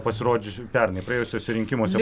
pasirodžiusių pernai praėjusiuose rinkimuose